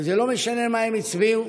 וזה לא משנה מה הם הצביעו,